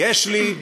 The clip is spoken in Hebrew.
יש לי,